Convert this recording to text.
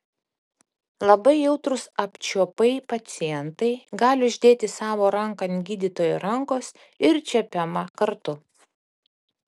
labai jautrūs apčiuopai pacientai gali uždėti savo ranką ant gydytojo rankos ir čiuopiama kartu